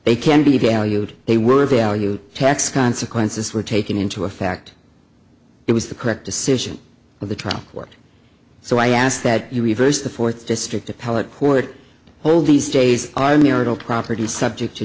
they can be valued they were valued tax consequences were taken into effect it was the correct decision of the trial court so i ask that you reverse the fourth district appellate court all these days are marital property subject to